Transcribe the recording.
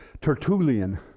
Tertullian